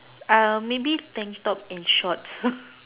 maybe tank top and shorts